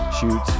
Shoot